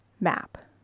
map